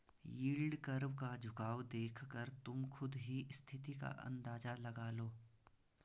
yield curve का झुकाव देखकर तुम खुद ही स्थिति का अंदाजा लगा लो